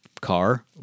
car